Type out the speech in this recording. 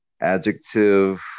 adjective